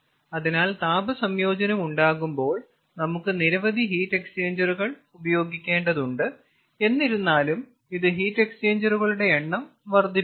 അതിനാൽ താപ സംയോജനം ഉണ്ടാകുമ്പോൾ നമുക്ക് നിരവധി ഹീറ്റ് എക്സ്ചേഞ്ചറുകൾ ഉപയോഗിക്കേണ്ടതുണ്ട് എന്നിരുന്നാലും ഇത് ഹീറ്റ് എക്സ്ചേഞ്ചറുകളുടെ എണ്ണം വർദ്ധിപ്പിക്കുന്നു